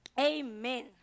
Amen